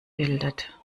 bildet